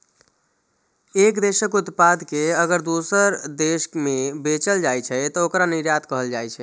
एक देशक उत्पाद कें अगर दोसर देश मे बेचल जाइ छै, तं ओकरा निर्यात कहल जाइ छै